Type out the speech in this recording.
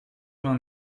vingt